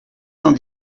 cent